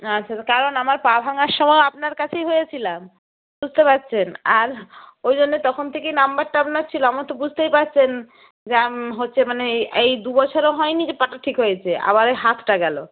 আচ্ছা কারণ আমার পা ভাঙার সময়ও আপনার কাছেই হয়েছিলাম বুঝতে পারছেন আর ওই জন্য তখন থেকেই নাম্বারটা আপনার ছিল আমার তো বুঝতেই পারছেন যে হচ্ছে মানে এই এই দুবছরও হয়নি যে পাটা ঠিক হয়েছে আবার এই হাতটা গেল